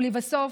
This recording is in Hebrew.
ולבסוף,